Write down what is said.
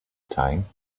time